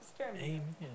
amen